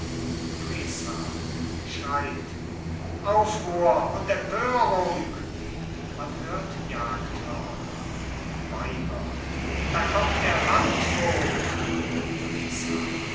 schreit aufruhr und empörung man hört jagdhörner weiber da kommt der landvogt